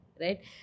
right